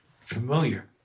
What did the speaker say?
familiar